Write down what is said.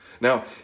Now